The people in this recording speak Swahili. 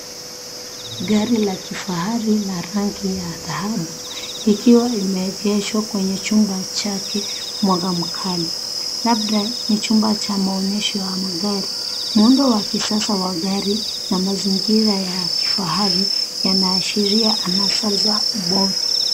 Gari la kifahari la rangi ya dhahabu ikiwa imeegeshwa kwenye chumba chake, mwanga mkali, labda ni chumba cha maonyesho ya magari. Muundo wa kisasa wa gari na mazingira ya kifahari yanaashiria anasa za bora.